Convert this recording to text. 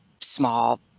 small